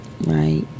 right